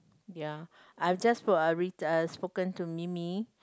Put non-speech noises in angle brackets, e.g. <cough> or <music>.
ya I've just <noise> uh spoken to Mimi